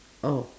oh